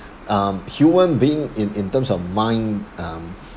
um human being in in terms of mind um